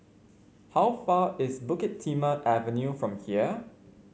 how far is Bukit Timah Avenue from here